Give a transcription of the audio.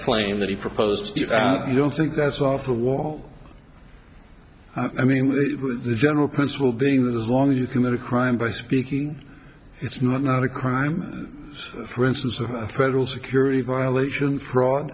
claim that he proposed you don't think that's off the wall i mean the general principle being that as long as you commit a crime by speaking it's not a crime for instance a federal security violation fraud